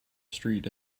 street